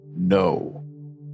No